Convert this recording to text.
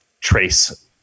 trace